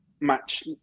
match